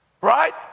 right